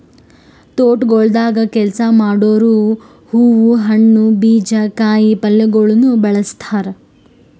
ತೋಟಗೊಳ್ದಾಗ್ ಕೆಲಸ ಮಾಡೋರು ಹೂವು, ಹಣ್ಣು, ಬೀಜ, ಕಾಯಿ ಪಲ್ಯಗೊಳನು ಬೆಳಸ್ತಾರ್